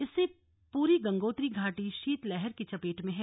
इससे पूरी गंगोत्री घाटी शीतलहर की चपेट में है